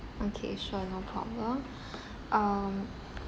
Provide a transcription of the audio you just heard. okay sure no problem um